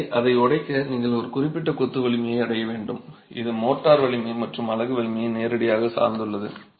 எனவே அதை உடைக்க நீங்கள் ஒரு குறிப்பிட்ட கொத்து வலிமையை அடைய வேண்டும் இது மோர்டார் வலிமை மற்றும் அலகு வலிமையை நேரடியாக சார்ந்துள்ளது